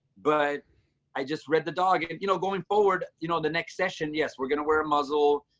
but i just read the dog. and you know going forward you know the next session, yes, we're going to wear a muzzle.